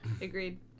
agreed